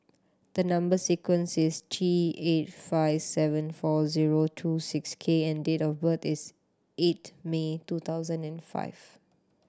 the number sequence is T eight five seven four zero two six K and date of birth is eight May two thousand and five